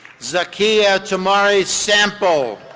zakiyah tamari sample.